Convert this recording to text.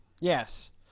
yes